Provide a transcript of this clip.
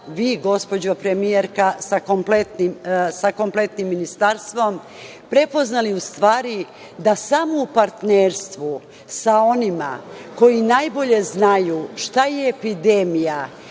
vi gospođo premijerka sa kompletnim ministarstvom prepoznali u stvari da samo u partnerstvu, sa onima koji najbolje znaju šta je epidemija,